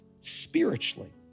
Spiritually